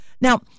Now